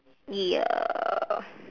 ya